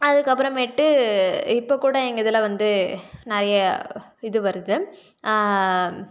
அதுக்கப்புறமேட்டு இப்போ கூட எங்கள் இதில் வந்து நிறைய இது வருது